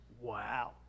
Wow